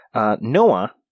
Noah